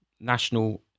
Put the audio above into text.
national